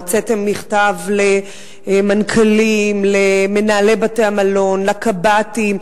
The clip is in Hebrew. הוצאתם מכתב למנכ"לים, למנהלי בתי-המלון, לקב"טים?